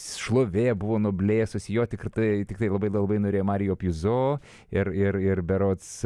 šlovė buvo nublėsusi jo tiktai tiktai labai labai norėjo marijo pizo ir ir ir berods